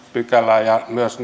pykälää ja myös